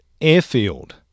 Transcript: Airfield